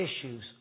issues